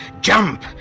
jump